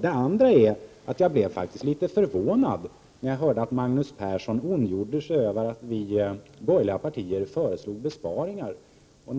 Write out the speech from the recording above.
Det andra är att jag blev litet förvånad när jag hörde Magnus Persson ondgöra sig över att vi i de borgerliga partierna föreslog besparingar.